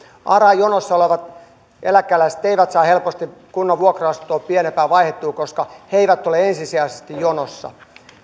aran jonossa olevat eläkeläiset eivät saa helposti kunnan vuokra asuntoa pienempään vaihdettua koska he eivät ole ensisijaisesti jonossa